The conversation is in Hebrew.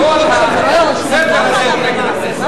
כל הספר הזה הוא נגד הכנסת.